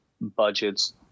budgets